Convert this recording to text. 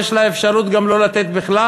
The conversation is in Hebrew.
יש לה אפשרות גם לא לתת בכלל.